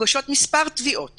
מוגשות מספר תביעות